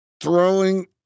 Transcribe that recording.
Throwing